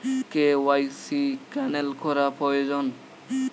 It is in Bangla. কে.ওয়াই.সি ক্যানেল করা প্রয়োজন?